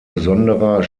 besonderer